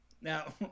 Now